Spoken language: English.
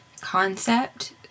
concept